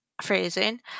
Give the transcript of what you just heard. phrasing